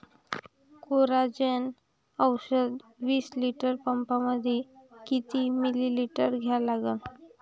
Coragen औषध विस litre पंपामंदी किती मिलीमिटर घ्या लागन?